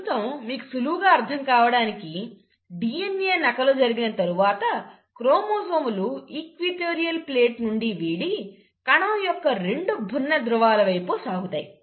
ప్రస్తుతం మీకు సులువుగా అర్థం కావడానికి DNA నకలు జరిగిన తరువాత క్రోమోజోములు ఈక్విటోరియల్ ప్లేట్ నుండి వీడి కణం యొక్క రెండు భిన్న ధ్రువాలు వైపు సాగుతాయి